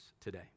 today